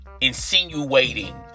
insinuating